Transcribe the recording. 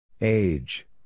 Age